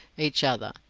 each other.